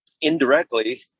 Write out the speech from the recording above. indirectly